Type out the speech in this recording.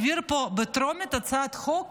הכנסת פינדרוס העביר פה בטרומית הצעת חוק